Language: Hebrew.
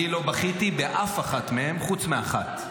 אני לא בכיתי באף מאחת מהן, חוץ מאחת.